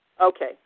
Okay